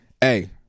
hey